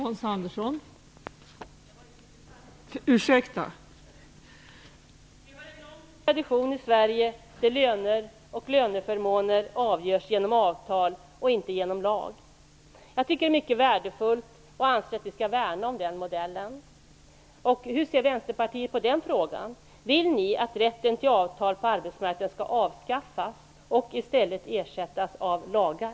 Vi har en lång tradition i Sverige där löner och löneförmåner avgörs genom avtal och inte genom lag. Jag tycker att det är mycket värdefullt och anser att vi skall värna om den modellen. Hur ser Vänsterpartiet på den frågan? Vill ni att rätten att sluta avtal på arbetsmarknaden skall avskaffas och ersättas av lagar?